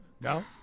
No